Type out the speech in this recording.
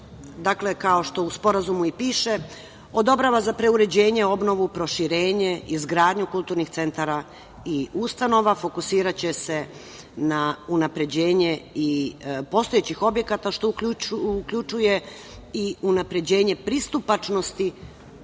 se, kao što u Sporazumu i piše, odobrava za preuređenje, obnovu, proširenje, izgradnju kulturnih centara i ustanova. Fokusiraće se na unapređenje i postojećih objekata, što uključuje i unapređenje pristupačnosti